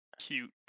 cute